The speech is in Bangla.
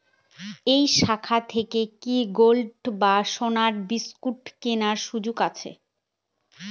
এই শাখা থেকে কি গোল্ডবন্ড বা সোনার বিসকুট কেনার সুযোগ আছে?